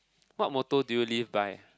what motto did you live by